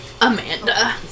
Amanda